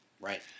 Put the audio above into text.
Right